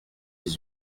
dix